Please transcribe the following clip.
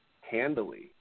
handily